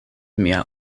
mia